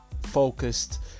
focused